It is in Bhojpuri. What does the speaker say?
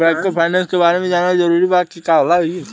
माइक्रोफाइनेस के बारे में जानल जरूरी बा की का होला ई?